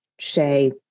say